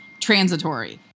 transitory